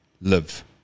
live